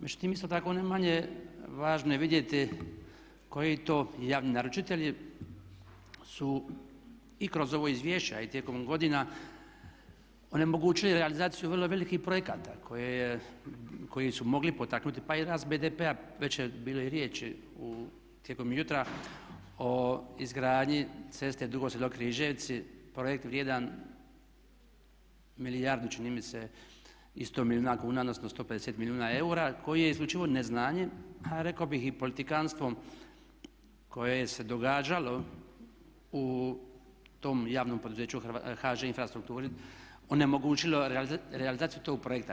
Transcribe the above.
Međutim, isto tako ne manje važno je vidjeti koji to javni naručitelji su i kroz ovo izvješće a i tijekom godina onemogućili realizaciju vrlo velikih projekata koji su mogli potaknuti pa i rast BDP-a, već je bilo i riječi tijekom jutra o izgradnji ceste Dugo Selo – Križevci, projekt vrijedan milijardu čini mi se i 100 milijuna kuna, odnosno 150 milijuna eura koji je isključivo neznanjem a rekao bih i politikanstvom koje se događalo u tom javnom poduzeću HŽ Infrastrukturi onemogućilo realizaciju tog projekta.